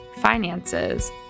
finances